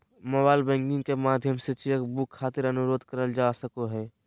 mobile banking के माध्यम से चेक बुक खातिर अनुरोध करल जा सको हय